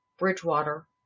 Bridgewater